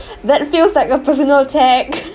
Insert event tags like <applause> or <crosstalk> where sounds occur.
that feels like a personal attack <noise>